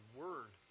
word